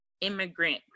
immigrant